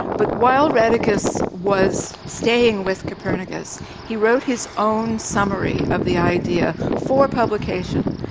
but while rheticus was staying with copernicus he wrote his own summary of the idea for publication,